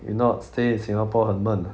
if not stay in singapore 很闷 ah